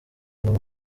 ngo